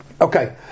Okay